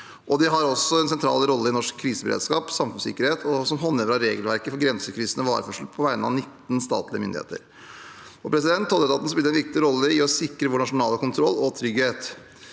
De har også en sentral rolle i norsk kriseberedskap, samfunnssikkerhet og som håndhever av regelverket for grensekryssende vareførsel på vegne av 19 statlige myndigheter. Tolletaten spiller en viktig rolle i å sikre vår nasjonale kontroll og trygghet.